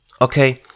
Okay